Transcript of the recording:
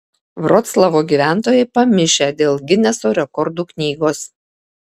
vroclavo gyventojai pamišę dėl gineso rekordų knygos